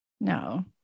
No